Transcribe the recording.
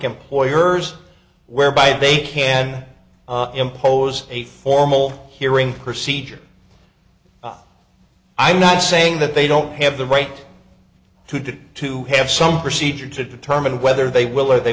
employers whereby they can impose a formal hearing procedure i'm not saying that they don't have the right to do to have some procedure to determine whether they will or they